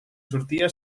sortia